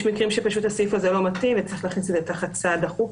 יש מקרים שפשוט הסעיף הזה לא מתאים וצריך להכניס את זה תחת סעד דחוף,